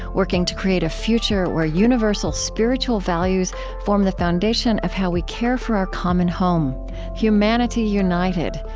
working to create a future where universal spiritual values form the foundation of how we care for our common home humanity united,